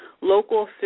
local